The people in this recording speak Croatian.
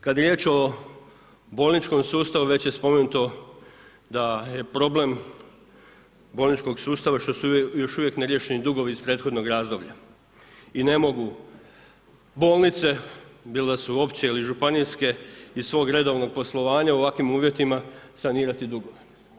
Kad je riječ o bolničkom sustavu, već je spomenuto da je problem bolničkog sustava što su još uvijek neriješeni dugovi iz prethodnog razdoblja i ne mogu bolnice, bilo da su opće ili županijske iz svog redovnog poslovanja u ovakvim uvjetima sanirati dugove.